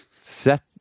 Set